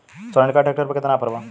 Sonalika tractor पर केतना offer बा?